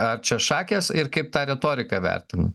ar čia šakės ir kaip tą retoriką vertintina